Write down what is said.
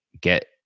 get